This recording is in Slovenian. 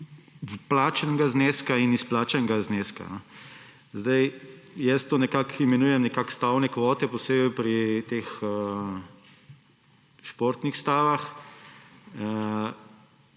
vplačanega zneska in izplačanega zneska. Jaz to imenujem stavne kvote, posebej pri športnih stavah.